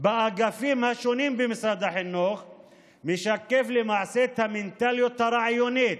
באגפים השונים במשרד החינוך משקף למעשה את המנטליות הרעיונית,